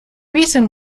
reason